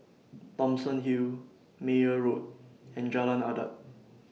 Thomson Hill Meyer Road and Jalan Adat